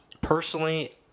personally